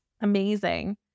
Amazing